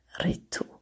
Ritu